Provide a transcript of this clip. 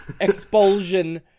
expulsion